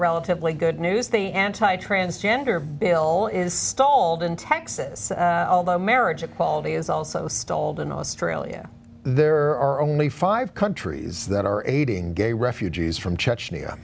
relatively good news the anti transgender bill is stalled in texas although marriage equality is also stalled in australia there are only five countries that are aiding gay refugees from chechnya